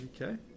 Okay